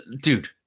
Dude